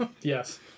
Yes